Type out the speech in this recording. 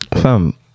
fam